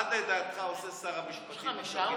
אני אתן לך דוגמה: מה לדעתך עושה שר המשפטים?